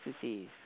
disease